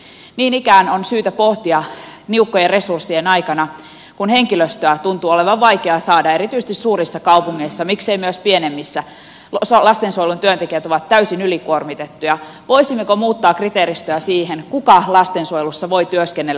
niin ikään on syytä pohtia niukkojen resurssien aikana kun henkilöstöä tuntuu olevan vaikea saada erityisesti suurissa kaupungeissa miksei myös pienemmissä lastensuojelun työntekijät ovat täysin ylikuormitettuja sitä voisimmeko muuttaa kriteeristöä siinä kuka lastensuojelussa voi työskennellä